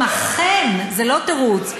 אם אכן זה לא תירוץ,